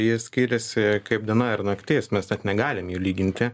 ir skiriasi kaip diena ir naktis mes net negalim jų lyginti